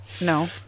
No